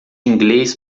inglês